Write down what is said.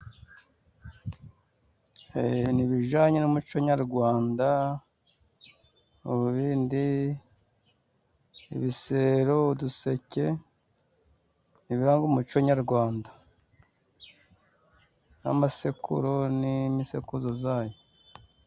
Ni ibijyanye n'umuco nyarwanda ibibindi, ibisero, uduseke ni ibiranga umuco nyarwanda n'amasekuro n'imisekuzo yazo.